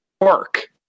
work